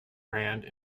brand